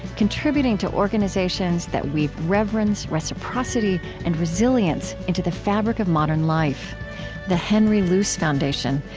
contributing to organizations that weave reverence, reciprocity, and resilience into the fabric of modern life the henry luce foundation,